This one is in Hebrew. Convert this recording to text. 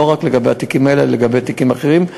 לא רק לגבי התיקים האלה אלא לגבי תיקים אחרים.